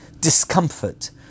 discomfort